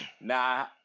Nah